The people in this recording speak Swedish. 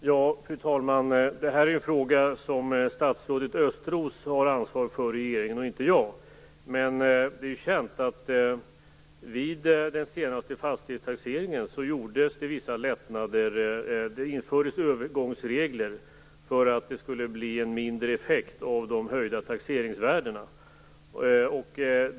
Fru talman! Det är en fråga som statsrådet Östros har ansvar för i regeringen och inte jag. Men det är ju känt att vid den senaste fastighetstaxeringen gjordes det vissa lättnader. Det infördes övergångsregler för att det skulle bli en mindre effekt av de höjda taxeringsvärdena.